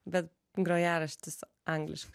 bet grojaraštis angliškai